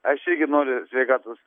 aš irgi noriu sveikatos